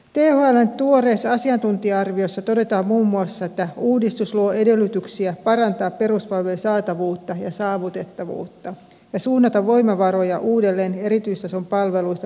thln tuoreessa asiantuntija arviossa todetaan muun muassa että uudistus luo edellytyksiä parantaa peruspalvelujen saatavuutta ja saavutettavuutta ja suunnata voimavaroja uudel leen erityistason palveluista perustason palveluihin